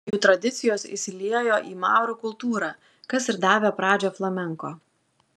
jų tradicijos įsiliejo į maurų kultūrą kas ir davė pradžią flamenko